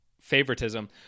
Favoritism